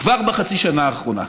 כבר בחצי השנה האחרונה.